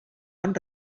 bon